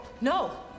No